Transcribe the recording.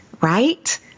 right